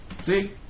See